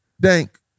Dank